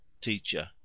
teacher